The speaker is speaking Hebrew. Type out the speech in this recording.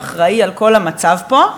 והאחראי לכל המצב פה,